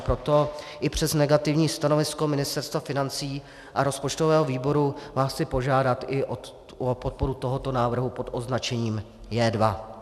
Proto i přes negativní stanovisko Ministerstva financí a rozpočtového výboru vás chci požádat i o podporu tohoto návrhu pod označením J2.